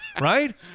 right